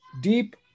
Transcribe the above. deep